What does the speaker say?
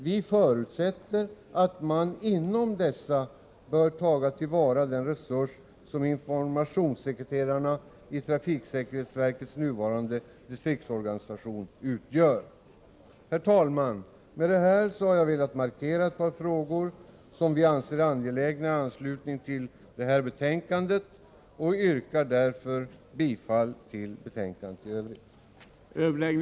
Vi förutsätter att man inom dessa organ bör kunna ta tillvara den resurs som informationssekreterarna i TSV:s nuvarande distriktsorganisation utgör.” Herr talman! Med detta har jag velat markera ett par frågor som vi anser angelägna i anslutning till detta betänkande. Jag yrkar bifall till utskottets hemställan.